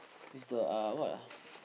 with the uh what ah